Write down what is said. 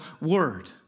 word